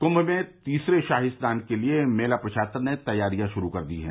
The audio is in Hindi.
कुंम में तीसरे शाही स्नान के लिये मेला प्रशासन ने तैयारियां शुरू कर दी हैं